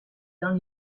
dans